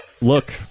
Look